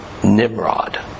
Nimrod